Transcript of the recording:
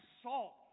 salt